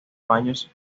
baños